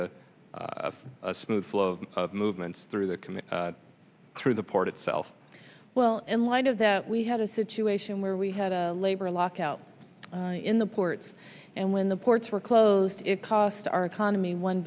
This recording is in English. a smooth flow of movements through the committee through the port itself well in light of that we had a situation where we had a labor lockout in the ports and when the ports were closed it cost our economy one